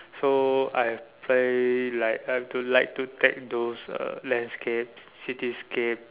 so I play like I've to like to take those uh landscape city scape